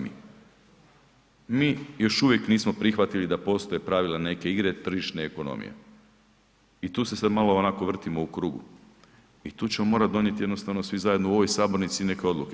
Mi još uvijek nismo prihvatili da postoje pravila neke igre, tržišne ekonomije i tu se sad malo onako vrtimo u krugu i tu ćemo morati donijeti jednostavno svi zajedno u ovoj sabornici neke odluke.